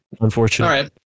Unfortunately